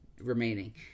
remaining